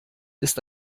ist